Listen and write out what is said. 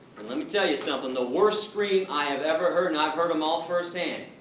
and let me tell you something, the worse scream i have ever heard, and i've heard them all first hand.